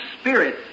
Spirit